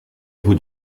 vous